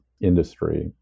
industry